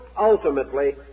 ultimately